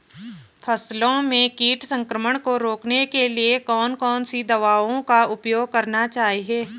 फसलों में कीट संक्रमण को रोकने के लिए कौन कौन सी दवाओं का उपयोग करना चाहिए?